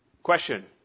Question